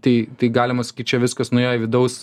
tai tai galima sakyt čia viskas nuėjo į vidaus